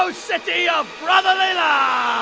hello, city of brotherly love!